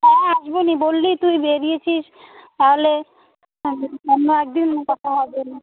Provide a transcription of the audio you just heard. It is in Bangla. হ্যাঁ আসবো না বললি তুই বেরিয়েছিস তাহলে অন্য এক দিন দেখা হবে নে